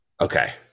okay